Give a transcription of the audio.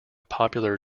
popular